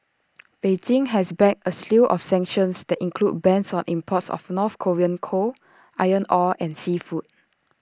Beijing has backed A slew of sanctions that include bans on imports of north Korean coal iron ore and seafood